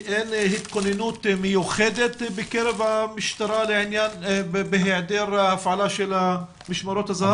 שאין התכוננות מיוחדת בקרב המשטרה בהיעדר הפעלה של משמרות הזה"ב?